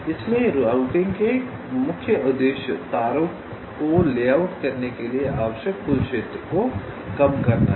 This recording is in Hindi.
इसलिए राउटिंग के लिए मुख्य उद्देश्य तारों को लेआउट करने के लिए आवश्यक कुल क्षेत्र को कम करना है